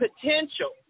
potential